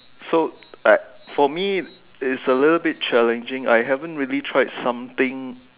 so I for me it's a little bit challenging I haven't really tried something